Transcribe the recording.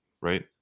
right